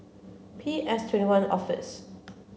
P S Twenty one Office